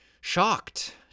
shocked